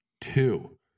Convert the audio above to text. two